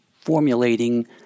formulating